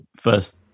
first